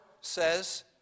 says